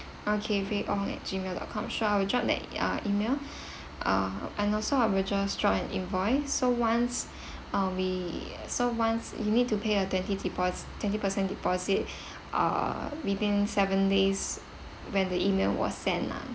okay V ong at Gmail dot com sure I will drop the e~ uh E-mail uh and also I will just drop an invoice so once uh we so once you need to pay a twenty depos~ twenty percent deposit uh within seven days when the E-mail was sent lah